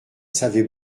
savait